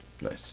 Nice